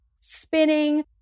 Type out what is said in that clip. spinning